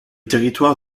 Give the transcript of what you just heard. territoire